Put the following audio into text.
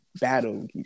battle